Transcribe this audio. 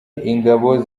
ingabo